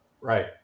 Right